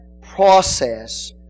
process